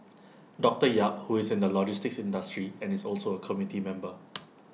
doctor yap who is in the logistics industry and is also A committee member